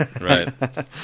Right